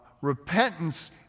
repentance